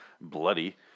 bloody